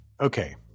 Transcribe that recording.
Okay